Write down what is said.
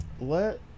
let